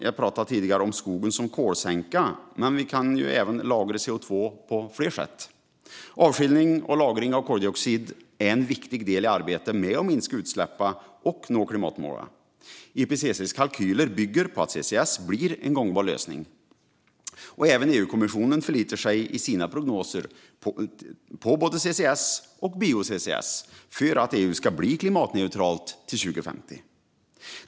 Jag pratade tidigare om skogen som kolsänka, men man kan lagra CO2 på fler sätt. Avskiljning och lagring av koldioxid är en viktig del i arbetet med att minska utsläppen och nå klimatmålen. IPCC:s kalkyler bygger på att CCS blir en gångbar lösning. Även EU-kommissionen förlitar sig i sina prognoser på CCS och bio-CCS för att EU ska bli klimatneutralt till 2050.